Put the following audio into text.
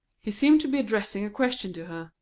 he seemed to be addressing a question to her,